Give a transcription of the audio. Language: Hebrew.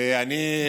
אני,